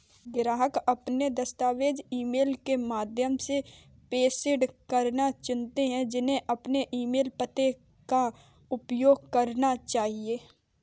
ग्राहक अपने दस्तावेज़ ईमेल के माध्यम से प्रेषित करना चुनते है, उन्हें अपने ईमेल पते का उपयोग करना चाहिए